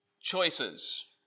Choices